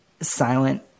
silent